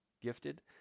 gifted